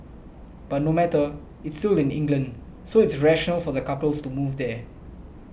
but no matter it's still in England so it's rational for the couples to move there